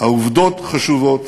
העובדות חשובות.